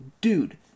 dude